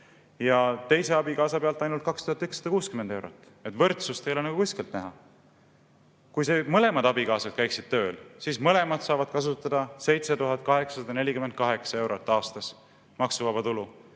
ja teise abikaasa pealt ainult 2160 eurot. Võrdsust ei ole kuskilt näha. Kui mõlemad abikaasad käivad tööl, siis mõlemad saavad kasutada 7848 eurot aastas maksuvaba tulu,